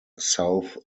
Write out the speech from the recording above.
south